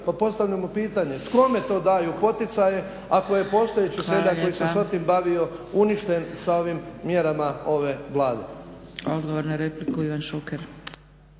Pa postavljamo pitanje kome to daju poticaje ako je postojeći seljak koji se sa time bavio uništen sa ovim mjerama ove Vlade.